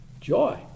joy